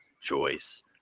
choice